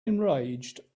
enraged